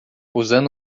usando